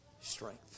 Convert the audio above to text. strength